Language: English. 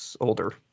Older